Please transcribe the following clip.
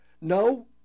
no